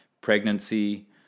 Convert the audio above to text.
pregnancy